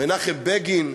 מנחם בגין,